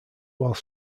while